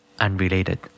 Unrelated